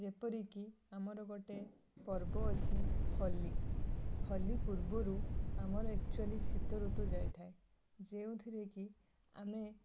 ଯେପରିକି ଆମର ଗୋଟେ ପର୍ବ ଅଛି ହୋଲି ହୋଲି ପୂର୍ବରୁ ଆମର ଆକ୍ଚୁଆଲି ଶୀତଋତୁ ଯାଇଥାଏ ଯେଉଁଥିରେ କି ଆମେ